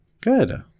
Good